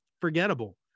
forgettable